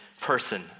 person